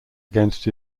against